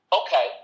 Okay